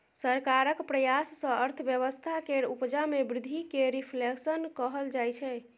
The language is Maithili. सरकारक प्रयास सँ अर्थव्यवस्था केर उपजा मे बृद्धि केँ रिफ्लेशन कहल जाइ छै